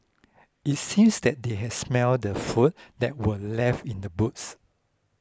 it seems that they had smelt the food that were left in the boots